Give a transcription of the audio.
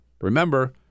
Remember